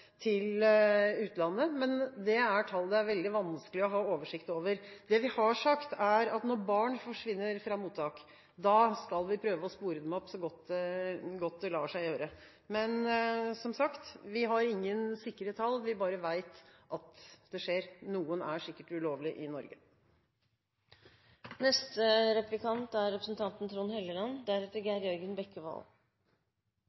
til utlandet, men dette er tall det er veldig vanskelig å ha oversikt over. Det vi har sagt, er at når barn forsvinner fra mottak, skal vi prøve å spore dem opp så godt det lar seg gjøre. Men som sagt: Vi har ingen sikre tall, vi bare vet at det skjer – noen er sikkert ulovlig i